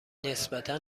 نسبتا